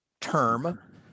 term